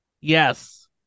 Yes